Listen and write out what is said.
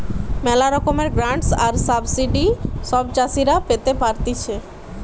ম্যালা রকমের গ্রান্টস আর সাবসিডি সব চাষীরা পেতে পারতিছে